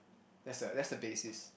that's the that's the basis